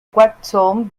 watson